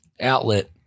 outlet